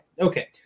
Okay